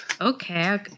okay